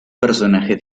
personajes